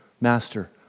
Master